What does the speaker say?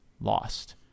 lost